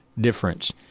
difference